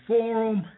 Forum